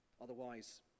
Otherwise